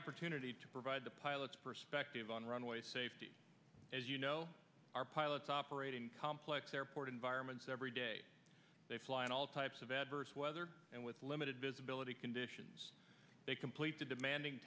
opportunity to provide the pilot's perspective on runway safety as you know our pilots operating complex environments every day they fly in all types of adverse weather and with limited visibility conditions they complete the demanding